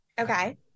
Okay